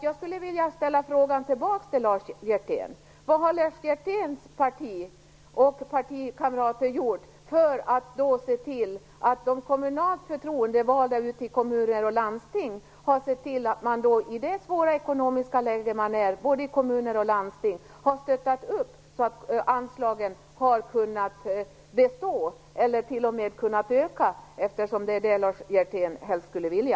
Jag skulle vilja ställa frågan tillbaka till Lars Hjertén: Vad har Lars Hjerténs parti och partikamrater gjort för att se till att de kommunalt förtroendevalda ute i kommuner och landsting har varit ett stöd i det svåra ekonomiska läge som både kommuner och landsting befinner sig i så att anslagen har kunnat bestå eller t.o.m. öka? Det är ju det Lars Hjertén helst skulle vilja.